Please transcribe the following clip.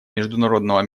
международного